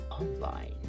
online